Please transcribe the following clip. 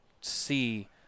see